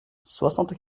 soixante